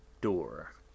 door